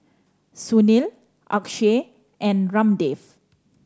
Sunil Akshay and Ramdev